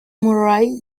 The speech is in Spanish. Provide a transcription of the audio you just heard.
murray